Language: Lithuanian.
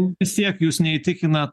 vis tiek jus neįtikina